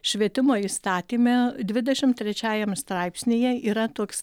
švietimo įstatyme dvidešim trečiajam straipsnyje yra toks